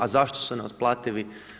A zašto su neotplativi?